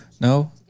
No